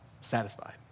satisfied